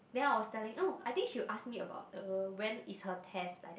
then I was telling oh I think she will ask me about uh when is her test like that